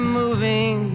moving